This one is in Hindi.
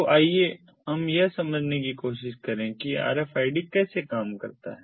तो आइए हम यह समझने की कोशिश करें कि RFID कैसे काम करता है